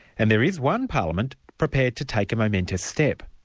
and there is one parliament prepared to take a momentous step.